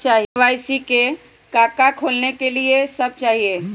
KYC का का खोलने के लिए कि सब चाहिए?